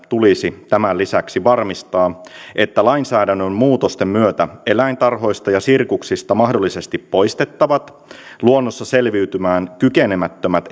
tulisi tämän lisäksi varmistaa että lainsäädännön muutosten myötä eläintarhoista ja sirkuksista mahdollisesti poistettavat luonnossa selviytymään kykenemättömät